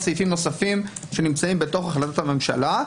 סעיפים נוספים שנמצאים בהחלטות הממשלה.